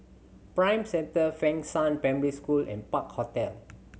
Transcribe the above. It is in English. Prime Centre Fengshan Primary School and Park Hotel